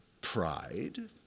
pride